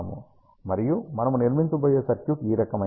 మరియు మనము నిర్మించబోయే సర్క్యూట్ ఈ రకమైనది